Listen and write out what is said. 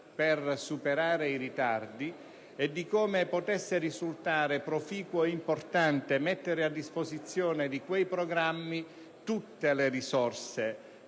per superare i ritardi e di come potesse risultare proficuo e importante mettere a disposizione di tali programmi tutte le risorse,